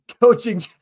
coaching